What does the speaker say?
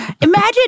Imagine